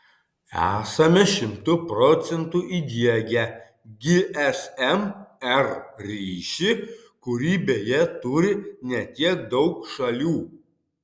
esame šimtu procentų įdiegę gsm r ryšį kurį beje turi ne tiek daug šalių